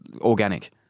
organic